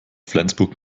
flensburg